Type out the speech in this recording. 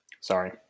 Sorry